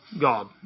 God